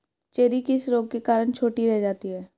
Cherry किस रोग के कारण छोटी रह जाती है?